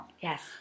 Yes